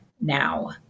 now